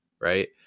Right